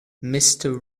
mister